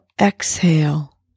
exhale